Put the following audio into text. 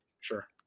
Sure